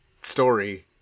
story